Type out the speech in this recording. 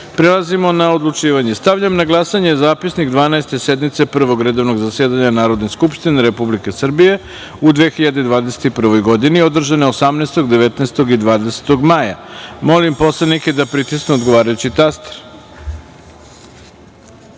Zapisnik. Prelazimo na odlučivanje. Stavljam na glasanje Zapisnik 12. sednice Prvog redovnog zasedanja Narodne skupštine Republike Srbije u 2021. godini, održane je 18, 19. i 20. maja. Molim poslanike da pritisnu odgovarajući